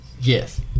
Yes